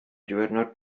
diwrnod